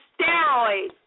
steroids